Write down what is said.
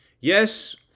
Yes